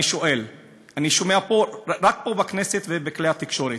אני שומע רק פה בכנסת ובכלי התקשורת.